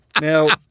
Now